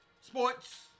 Sports